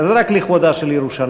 אבל זה רק לכבודה של ירושלים.